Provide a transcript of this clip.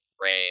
Rain